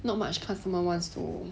not much customer wants to